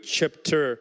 chapter